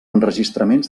enregistraments